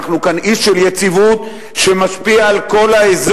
אנחנו כאן אי של יציבות שמשפיע על כל האזור,